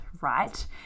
right